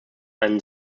einen